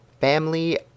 family